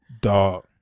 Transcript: Dog